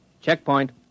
Checkpoint